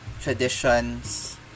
traditions